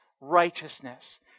righteousness